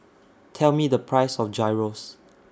Tell Me The Price of Gyros